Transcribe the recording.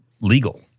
legal